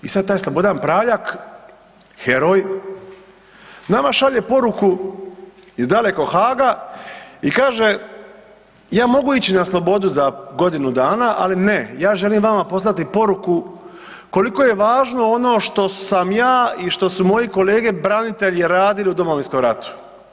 I sad taj Slobodan Praljak heroj, nama šalje poruku iz dalekog Haaga i kaže ja mogu ići na slobodu za godinu dana, ali ne, ja želim vama poslati poruku koliko je važno ono što sam ja i što su moji kolege branitelji radili u Domovinskom ratu.